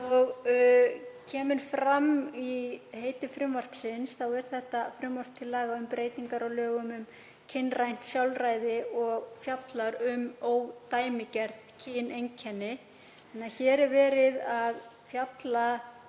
kemur fram í heiti frumvarpsins er þetta frumvarp til laga um breytingar á lögum um kynrænt sjálfræði og fjallar um ódæmigerð kyneinkenni.